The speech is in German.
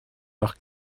doch